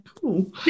cool